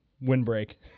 windbreak